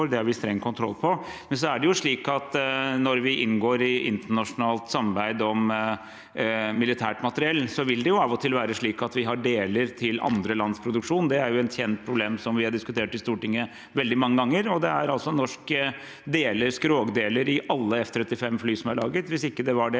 det har vi streng kontroll på. Men når vi inngår i internasjonalt samarbeid om militært materiell, vil det jo av og til være slik at vi har deler til andre lands produksjon. Det er et kjent problem som vi har diskutert i Stortinget veldig mange ganger. Det er altså norske skrogdeler i alle F35-fly som er laget. Hvis det ikke var det,